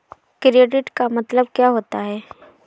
Credit का मतलब क्या होता है?